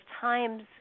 times